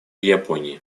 японии